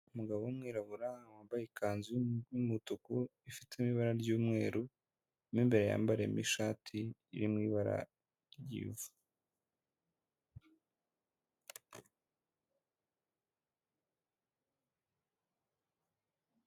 Umugabo w'umwirabura wambaye ikanzu y'umutuku, ifitemo ibara ry'umweru, mo imbere yambariyemo ishati iri mu ibara ry'ivu.